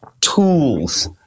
tools